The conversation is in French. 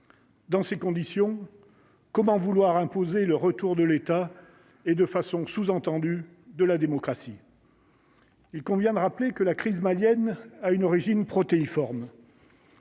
Dans ces conditions, comment vouloir imposer le retour de l'État et de façon sous-entendu de la démocratie. Il convient de rappeler que la crise malienne a une origine protéiforme.